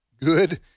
good